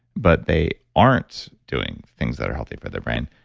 but they aren't doing things that are healthy for their brain.